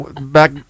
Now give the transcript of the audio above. back